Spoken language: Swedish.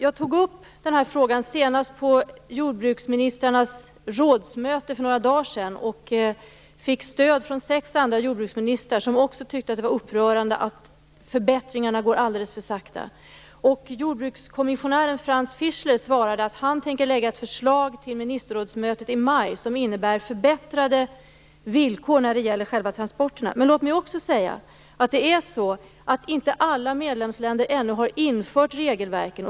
Jag tog upp den här frågan senast på jordbruksministrarnas rådsmöte för några dagar sedan och fick stöd från sex andra jordbruksministrar, som också tyckte att det var upprörande att förbättringarna går alldeles för sakta. Jordbrukskommissionären Franz Fischler svarade att han till ministerrådsmötet i maj tänker lägga fram ett förslag som innebär förbättrade villkor under själva transporterna. Låt mig också säga att inte alla medlemsländer ännu har infört regelverken.